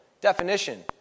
definition